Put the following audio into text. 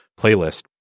playlist